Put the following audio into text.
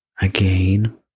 again